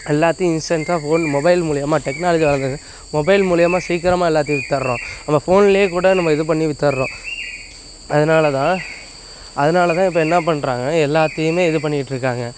எல்லாத்தையும் இசால்ட்டாக phone mobile மூலியமாக டெக்னாலஜி வளர்ந்தது மொபைல் மூலியமாக சீக்கிரமாக எல்லாத்தையும் வித்தடுறோம் அந்த ஃபோன்லையே கூட நம்ம இதுப் பண்ணி வித்தடுறோம் அதனால தான் அதனால தான் இப்போ என்னப் பண்ணுறாங்க எல்லாத்தையுமே இது பண்ணிக்கிட்டுருக்காங்க